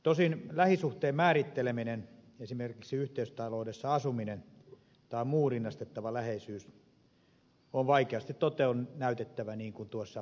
tosin lähisuhteen määrittelemisen osalta esimerkiksi yhteistaloudessa asuminen tai muu rinnastettava läheisyys on vaikeasti toteen näytettävä niin kuin tuossa edellisessäkin asiassa jota käsiteltiin